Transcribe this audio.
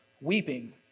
weeping